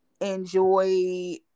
enjoy